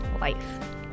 life